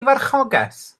farchogaeth